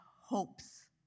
hopes